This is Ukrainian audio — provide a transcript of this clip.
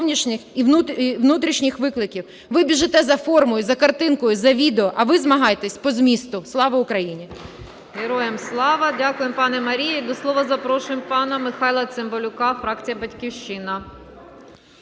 зовнішніх і внутрішніх викликів. Ви біжите за формою, за картинкою, за відео, а ви змагайтесь по змісту. Слава Україні! ГОЛОВУЮЧИЙ. Героям слава! Дякую, пані Марія. І до слова запрошую пана Михайла Цимбалюка, фракція "Батьківщина".